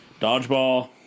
Dodgeball